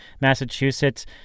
Massachusetts